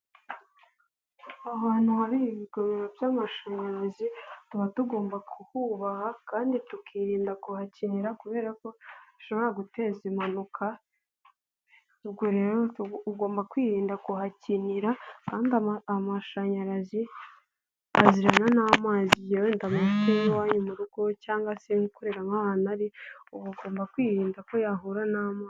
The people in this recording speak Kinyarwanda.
Ahantu hari ibigomero by'amashanyarazi. Tuba tugomba kuhubaha kandi tukirinda kuhakinira kubera ko ushobora guteza impanuka. Ubwo rero ugomba kwirinda kuhakinira kandi amashanyarazi azirana n'amazi. Wenda tuvuge nk'iwanyu mu rugo cyangwa se gukorera ahantu ari ugomba kwirinda ko yahura n'amazi.